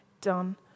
done